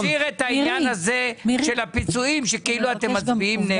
אבל לא להשאיר את העניין הזה של הפיצויים שכאילו אתם מצביעים נגד.